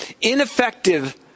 Ineffective